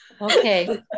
Okay